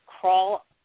crawl